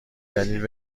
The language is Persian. دلیل